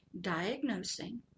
diagnosing